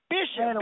Bishop